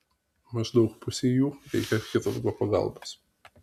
maždaug pusei jų reikia chirurgo pagalbos